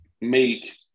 make